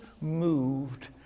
moved